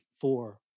four